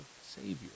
Savior